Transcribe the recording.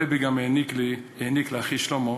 הרעבע גם העניק לאחי שלמה,